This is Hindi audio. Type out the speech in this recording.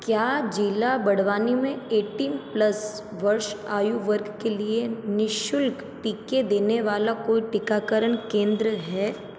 क्या ज़िला बड़वानी में एटीन प्लस वर्ष आयु वर्ग के लिए नि शुल्क टीके देने वाला कोई टीकाकरण केंद्र है